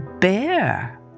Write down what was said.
bear